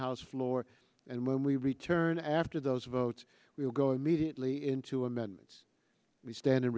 house floor and when we return after those votes we will go immediately into amendments we stand